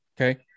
Okay